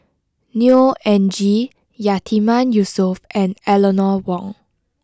Neo Anngee Yatiman Yusof and Eleanor Wong